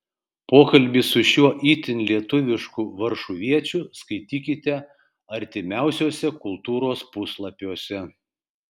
pokalbį su šiuo itin lietuvišku varšuviečiu skaitykite artimiausiuose kultūros puslapiuose